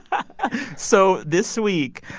um so this week,